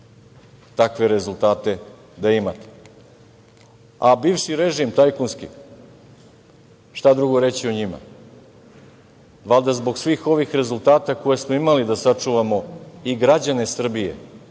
takve rezultate da imate. Bivši, tajkunski režim šta drugo reći o njima, valjda zbog svih ovih rezultata koje smo imali da sačuvamo i građane Srbije,